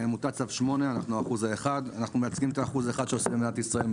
עמותת צו 8. אנחנו מייצגים את האחוז האחד שעושה מילואים במדינת ישראל.